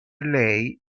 lei